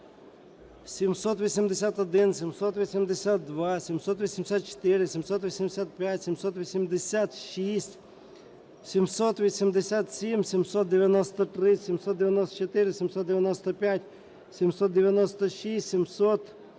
781, 782, 784, 785, 786, 787, 793, 794, 795, 796, 797,